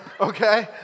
okay